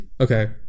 Okay